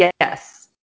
yes